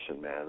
man